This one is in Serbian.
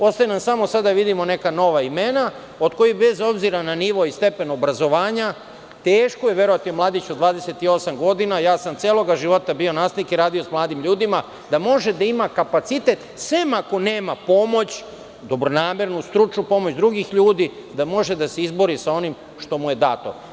Ostaje nama sada samo da vidimo neka nova imena od kojih, bez obzira na nivo i stepen obrazovanja, teško je verovati mladiću od 28 godina, celog života sam bio nastavnik i radio s mladim ljudima, da može da ima kapacitet, sem ako nema pomoć, dobronamernu stručnu pomoć drugih ljudi da može da se izbori s onim što mu je dato.